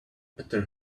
better